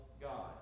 God